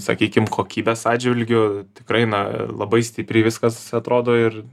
sakykim kokybės atžvilgiu tikrai na labai stipriai viskas atrodo ir